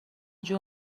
جور